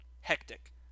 hectic